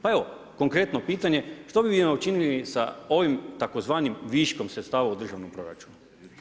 Pa evo konkretno pitanje, što bi vi učinili sa ovim tzv. viškom sredstava u državnom proračunu?